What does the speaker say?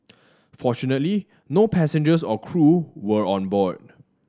fortunately no passengers or crew were on board